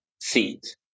seat